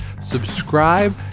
Subscribe